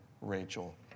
Rachel